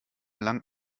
lang